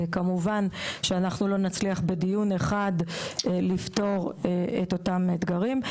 וכמובן שלא נצליח בדיון אחד לפתור את אותם אתגרים.